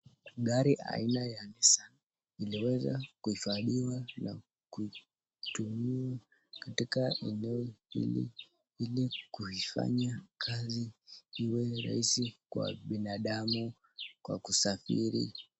Gari aina ya Nissan, iliweza kuhifadhiwa na kutumiwa katika eneo hili, ili kuifanya kazi iwe rahisi kwa binadamu kwa kusafiri.